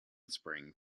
spring